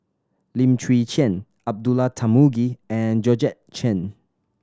Lim Chwee Chian Abdullah Tarmugi and Georgette Chen